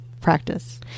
practice